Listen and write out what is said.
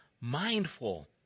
mindful